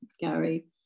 Gary